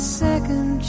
second